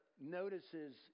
notices